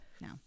no